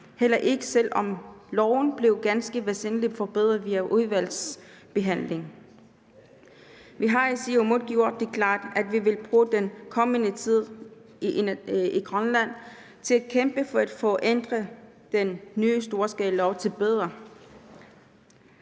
heller ikke, selv om loven blev ganske væsentligt forbedret via udvalgsbehandlingen. Vi har fra Siumuts side gjort det klart, at vi vil bruge den kommende tid i Grønland til at kæmpe for at få ændret den ny storskalalov til det